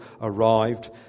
arrived